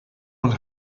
und